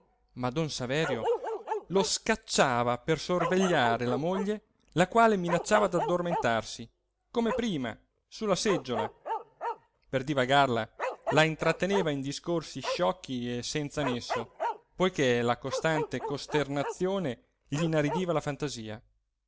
don saverio lo scacciava per sorvegliare la moglie la quale minacciava d'addormentarsi come prima sulla seggiola per divagarla la intratteneva in discorsi sciocchi e senza nesso poiché la costante costernazione gl'inaridiva la fantasia